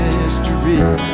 history